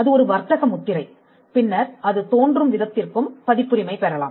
அது ஒரு வர்த்தக முத்திரை பின்னர் அது தோன்றும் விதத்திற்கும் பதிப்புரிமை பெறலாம்